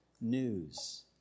news